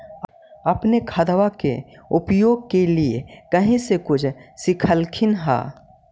अपने खादबा के उपयोग के लीये कही से कुछ सिखलखिन हाँ?